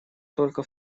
только